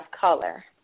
color